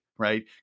right